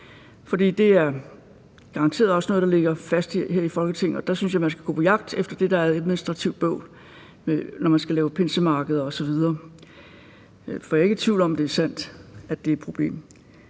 det er garanteret også noget, der ligger fast her i Folketinget, og der synes jeg, man skal gå på jagt efter det, der er administrativt bøvl - når man skal lave pinsemarkeder osv. For jeg er ikke i tvivl om, at det er sandt, at det er et problem.